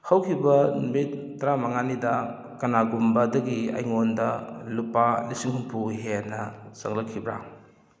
ꯍꯧꯈꯤꯕ ꯅꯨꯃꯤꯠ ꯇ꯭ꯔꯥꯃꯉꯥꯅꯤꯗ ꯀꯅꯥꯒꯨꯝꯕꯗꯒꯤ ꯑꯩꯉꯣꯟꯗ ꯂꯨꯄꯥ ꯂꯤꯁꯤꯡ ꯍꯨꯝꯐꯨ ꯍꯦꯟꯅ ꯆꯪꯂꯛꯈꯤꯕ꯭ꯔꯥ